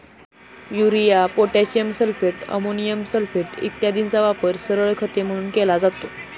urea, potassium sulphate, ammonium sulphate इत्यादींचा वापर सरळ खते म्हणून केला जातो